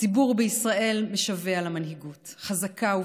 הציבור בישראל משווע למנהיגות חזקה ובטוחה,